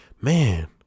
man